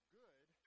good